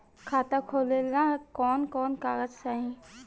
खाता खोलेला कवन कवन कागज चाहीं?